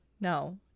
no